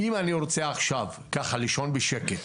אם אני רוצה עכשיו ככה לישון בשקט,